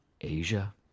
Asia